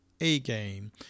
A-game